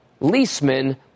Leesman